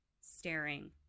staring